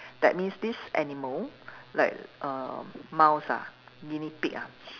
that means this animal like err mouse ah guinea pig ah